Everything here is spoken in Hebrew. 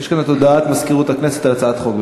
יש כאן הודעת מזכירות הכנסת על הצעות חוק.